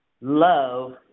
love